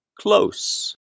close